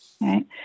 right